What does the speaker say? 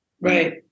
Right